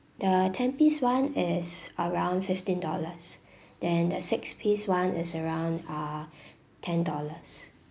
the ten piece one is around fifteen dollars then the six piece one is around ah ten dollars